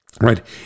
right